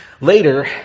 Later